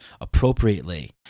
appropriately